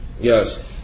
Yes